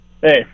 Hey